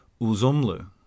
Uzumlu